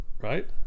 Right